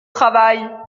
travail